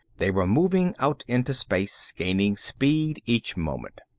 they were moving out into space, gaining speed each moment.